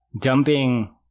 dumping